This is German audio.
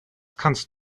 kannst